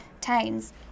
towns